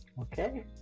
Okay